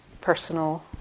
personal